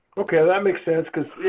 ok, well that makes sense. because